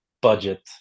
budget